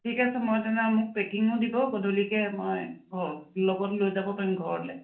ঠিক আছে মই তেনে মোক পেকিঙো দিব গধূলিকৈ মই ঘ লগত লৈ যাব পাৰিম ঘৰলৈ